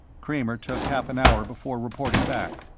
kramer took half an hour before reporting back.